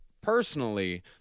personally